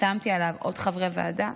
החתמתי עליו עוד חברי ועדה: